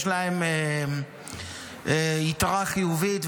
ויש להם יתרה חיובית,